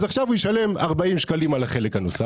אז עכשיו הוא ישלם 40 שקלים על החלק הנוסף